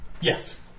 Yes